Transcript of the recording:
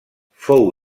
fou